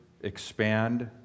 expand